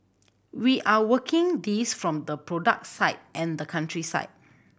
we are working this from the product side and the country side